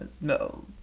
No